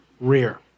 rear